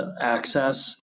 access